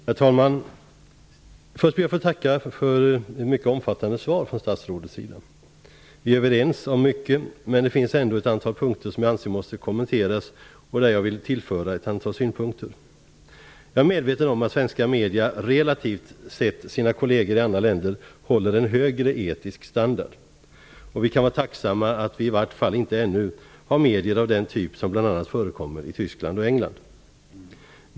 Herr talman! Först ber jag att få tacka för ett mycket omfattande svar från statsrådet. Vi är överens om mycket, men det finns ändå ett antal punkter som jag anser måste kommenteras och där jag vill tillföra ett antal synpunkter. Jag är medveten om att svenska medier relativt sett, jämfört med sina kolleger i andra länder, håller en hög etisk standard. Vi kan vara tacksam att vi ännu inte har medier av den typ som bl.a. förekommer i Tyskland och England.